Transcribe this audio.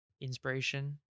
inspiration